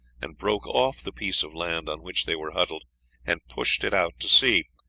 and broke off the piece of land on which they were huddled and pushed it out to sea,